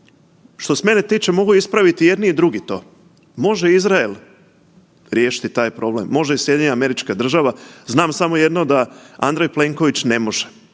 Što se mene tiče mogu ispraviti i jedni i drugi to. Može Izrael riješiti taj problem, može i SAD, znam samo jedno da Andrej Plenković ne može